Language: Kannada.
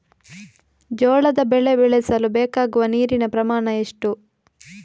ಜೋಳದ ಬೆಳೆ ಬೆಳೆಸಲು ಬೇಕಾಗುವ ನೀರಿನ ಪ್ರಮಾಣ ಎಷ್ಟು?